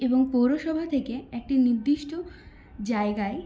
এবং পুরসভা থেকে একটি নির্দিষ্ট জায়গায়